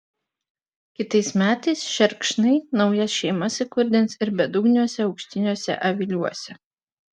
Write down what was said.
kitais metais šerkšnai naujas šeimas įkurdins ir bedugniuose aukštiniuose aviliuose